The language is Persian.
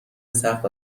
سخت